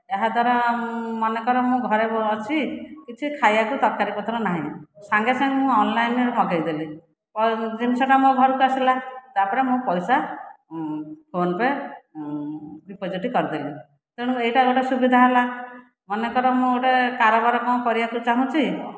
ଏହାଦ୍ୱାରା ମନେକର ମୁଁ ଘରେ ଅଛି କିଛି ଖାଇବାକୁ ତରକାରୀ ପତ୍ର ନାହିଁ ସାଙ୍ଗେ ସାଙ୍ଗେ ମୁଁ ଅନଲାଇନ ରୁ ମଗେଇଦେଲି ଆଉ ଜିନିଷ ଟା ମୋ ଘରକୁ ଆସିଲା ତାପରେ ମୁଁ ପଇସା ଫୋନ ପେ ଡିପୋଜିଟ କରିଦେଲି ତେଣୁ ଏଇଟା ଗୋଟିଏ ସୁବିଧା ହେଲା ମନେକର ମୁଁ ଗୋଟିଏ କାରବାର କ'ଣ କରିବାକୁ ଚାହୁଁଛି